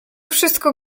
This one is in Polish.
wszystko